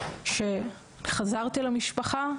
שחזרתי למשפחה,